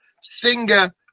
singer